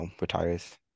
retires